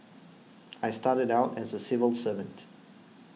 I started out as a civil servant